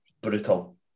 brutal